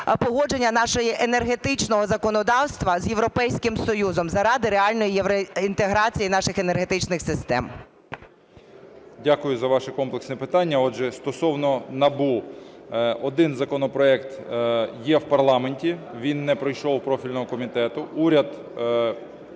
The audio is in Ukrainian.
погодження нашого енергетичного законодавства з Європейським Союзом заради реальної євроінтеграції наших енергетичних систем? 10:54:11 ШМИГАЛЬ Д.А. Дякую за ваше комплексне питання. Отже, стосовно НАБУ. Один законопроект є в парламенті, він не пройшов профільного комітету.